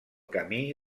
camí